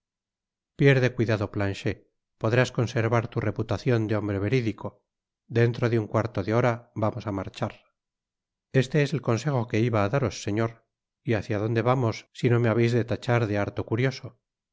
pierde cuidado planchet podrás conservar tu reputacion de hombre veridico dentro de un cuarto de hora vamos á marchar este es el consejo que iba á daros señor y hácia dónde vamos si no me babeis de tachar de harto curioso